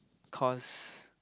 cause